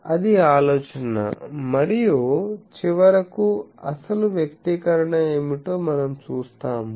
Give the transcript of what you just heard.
అది ఆలోచన మరియు చివరకు అసలు వ్యక్తీకరణ ఏమిటో మనం చూస్తాము